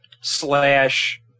slash